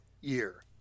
Year